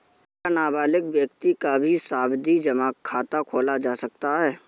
क्या नाबालिग व्यक्ति का भी सावधि जमा खाता खोला जा सकता है?